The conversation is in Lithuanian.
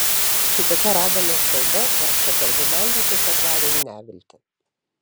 šitokia raganos kalba vargšą ferdinandą tiesiog varė į neviltį